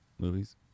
movies